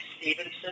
Stevenson